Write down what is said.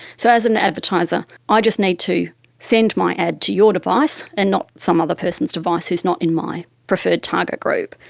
so as an advertiser i ah just need to send my ad to your device and not some other person's device who is not in my preferred target group.